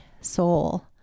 soul